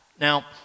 Now